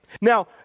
now